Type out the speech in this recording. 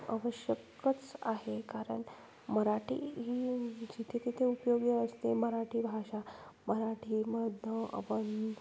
आवश्यकच आहे कारण मराठी ही जिथे तिथे उपयोगी असते मराठी भाषा मराठीमध्ये आपण